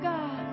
God